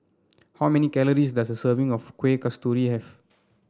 how many calories does a serving of Kueh Kasturi have